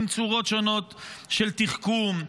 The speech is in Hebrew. עם צורות שונות של תחכום,